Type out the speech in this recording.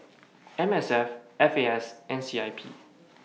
MSF FAS and CIP